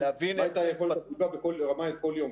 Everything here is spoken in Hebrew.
מה הייתה יכולת הספיקה בכל יום.